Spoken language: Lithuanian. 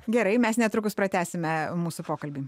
gerai mes netrukus pratęsime mūsų pokalbį